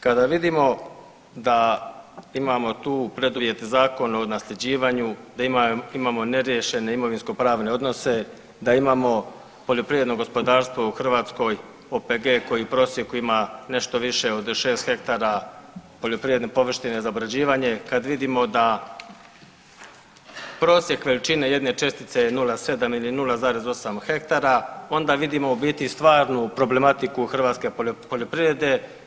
Kada vidimo da imamo tu preduvjet Zakon o nasljeđivanju, da imamo neriješene imovinsko pravne odnose, da imamo poljoprivredno gospodarstvo u Hrvatskoj OPG koji u prosjeku ima nešto više od 6 hektara poljoprivredne površine za obrađivanje, kad vidimo da prosjek veličine jedne čestice je 0,7 ili 0,8 hektara onda vidimo u biti stvarnu problematiku hrvatske poljoprivrede.